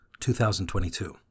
2022